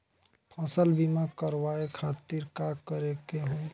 फसल बीमा करवाए खातिर का करे के होई?